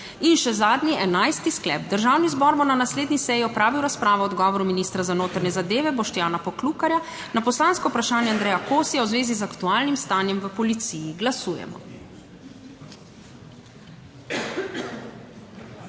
In še zadnji 11. sklep: Državni zbor bo na naslednji seji opravil razpravo o odgovoru ministra za notranje zadeve Boštjana Poklukarja na poslansko vprašanje Andreja Kosija v zvezi z aktualnim stanjem v policiji. Glasujemo.